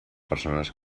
persones